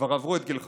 כבר עברו את גיל חמש,